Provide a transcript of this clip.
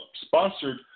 sponsored